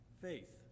Faith